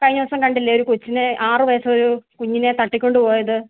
കഴിഞ്ഞ ദിവസം കണ്ടില്ലേ ഒരു കൊച്ചിനെ ആറ് വയസ്സുള്ള ഒരു കുഞ്ഞിനെ തട്ടിക്കൊണ്ട് പോയത്